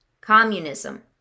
communism